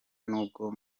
n’ubwo